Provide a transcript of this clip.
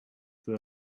for